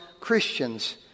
Christians